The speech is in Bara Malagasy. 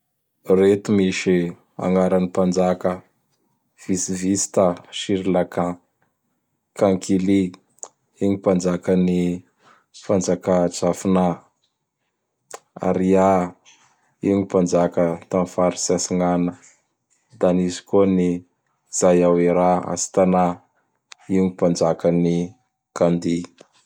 Reto misy agnaran gn Mpanjaka vitsivitsy ta Sirlankain: Kankilie, io gn mpanjakan'ny fanjakà Zafna; Aria, io gn Mpanjaka tam faritsy Atsignana; da nisy ny Zaiawera Astana, io n Mpanjakan'ny Kandy.